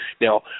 Now